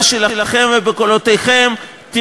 ובית-המשפט העליון בחר פעם אחר פעם אחר